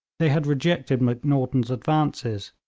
they had rejected macnaghten's advances,